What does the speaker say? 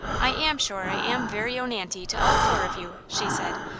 i am sure i am very own aunty to all four of you, she said,